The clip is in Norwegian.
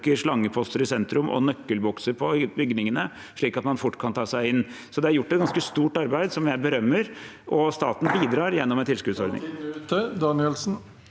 slangeposter i sentrum og nøkkelbokser på bygningene, slik at man fort kan ta seg inn. Det er altså gjort et ganske stort arbeid som jeg berømmer, og staten bidrar gjennom en tilskuddsordning.